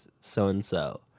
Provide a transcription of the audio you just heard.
so-and-so